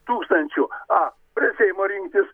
tūkstančių a prie seimo rinktis